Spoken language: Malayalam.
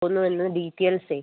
ഒന്ന് വന്ന് ഡീറ്റൈൽസേ